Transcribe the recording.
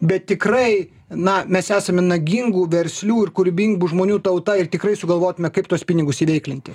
bet tikrai na mes esame nagingų verslių ir kūrybingų žmonių tauta ir tikrai sugalvotume kaip tuos pinigus įveiklinti